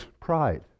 pride